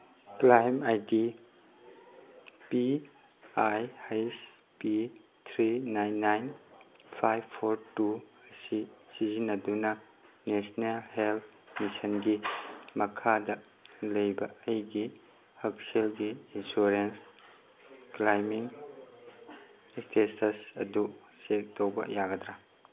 claim I D P I ꯍꯩꯁ P three nine nine ꯐꯥꯏꯕ four two ꯑꯁꯤ ꯁꯤꯖꯤꯟꯅꯗꯨꯅ ꯅꯦꯁꯅꯦꯜ ꯍꯦꯜꯠ ꯃꯤꯁꯟꯒꯤ ꯃꯈꯥꯗ ꯂꯩꯕ ꯑꯩꯒꯤ ꯍꯛꯁꯦꯜꯒꯤ ꯏꯟꯁꯨꯔꯦꯟꯁ ꯀ꯭ꯂꯥꯏꯃꯤꯡ ꯏꯁꯇꯦꯇꯁ ꯑꯗꯨ ꯆꯦꯛ ꯇꯧꯕ ꯌꯥꯒꯗ꯭ꯔꯥ